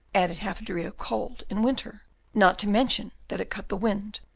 added half a degree of cold in winter not to mention that it cut the wind,